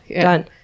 done